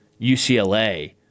UCLA